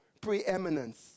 preeminence